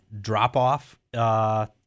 drop-off